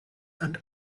and